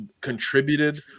contributed